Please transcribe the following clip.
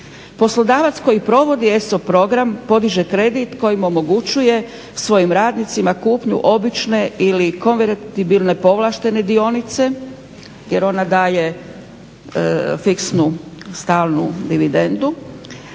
Poslodavac koji provodi ESOP program podiže kredit kojim omogućuje svojim radnicima kupnju obične ili konvertibilne povlaštene dionice jer ona daje fiksnu stalnu dividendu,